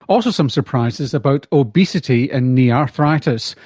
also some surprises about obesity and knee arthritis,